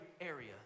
area